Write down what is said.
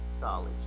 College